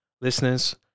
Listeners